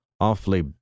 Awfully